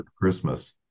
christmas